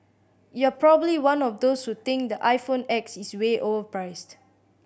you're probably one of those who think the iPhone X is way overpriced